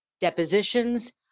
depositions